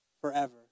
forever